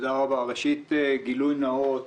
ראשית גילוי נאות.